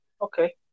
Okay